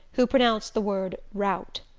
who pronounced the word rowt.